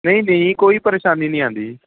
ਨਹੀਂ ਨਹੀਂ ਜੀ ਕੋਈ ਪਰੇਸ਼ਾਨੀ ਨਹੀਂ ਆਉਂਦੀ ਜੀ